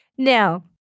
Now